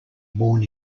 born